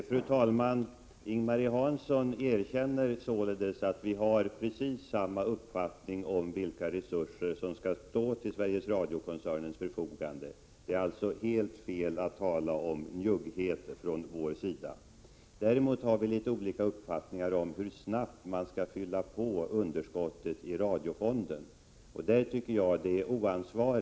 Fru talman! Ing-Marie Hansson erkänner således att vi har precis samma uppfattning om vilka resurser som skall stå till Sveriges Radio-koncernens förfogande. Det är alltså helt fel att tala om njugghet från vår sida. Däremot har vi litet olika uppfattning om hur snabbt underskottet i radiofonden skall täckas.